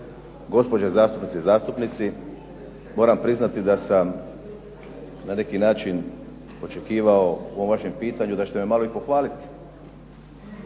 gospođe zastupnice i zastupnici. Moram priznati da sam na neki način očekivao u ovom vašem pitanju da ćete me malo i pohvaliti